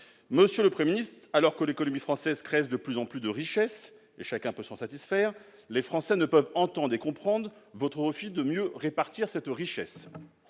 Monsieur le Premier ministre, alors que l'économie française crée de plus en plus de richesses, ce dont chacun peut se réjouir, les Français ne peuvent ni entendre ni comprendre votre refus de mieux les répartir. Quelles